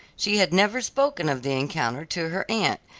she had never spoken of the encounter to her aunt,